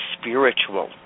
spiritual